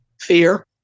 fear